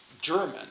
German